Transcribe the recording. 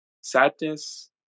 sadness